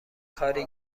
کاری